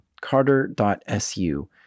carter.su